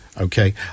Okay